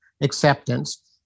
acceptance